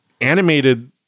animated